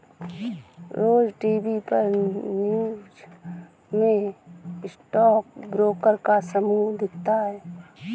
रोज TV पर news में stock broker का समूह दिखता है